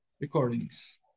recordings